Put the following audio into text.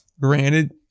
granted